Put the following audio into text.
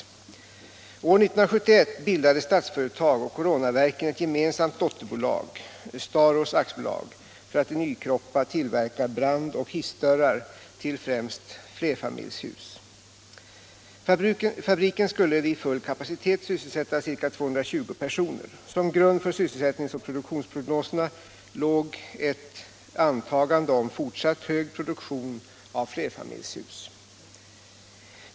År 1971 bildade Statsföretag och Coronaverken ett gemensamt dotterbolag, Staros AB, för att i Nykroppa tillverka brand och hissdörrar till främst flerfamiljshus. Fabriken skulle vid full kapacitet sysselsätta ca 220 personer. Som grund för sysselsättnings och produktionsprognoserna låg ett antagande om fortsatt hög produktion av flerfamiljshus.